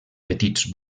petits